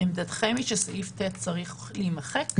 עמדתכם היא שסעיף (ט) צריך להימחק?